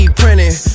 printing